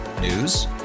News